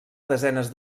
desenes